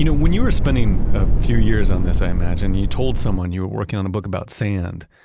you know when you were spending a few years on this, i imagine, and you told someone you were working on a book about sand,